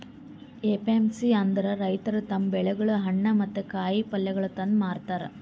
APMC ಅಂದುರ್ ರೈತುರ್ ತಮ್ ಬೆಳಿಗೊಳ್, ಹಣ್ಣ ಮತ್ತ ಕಾಯಿ ಪಲ್ಯಗೊಳ್ ತಂದು ಮಾರತಾರ್